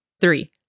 three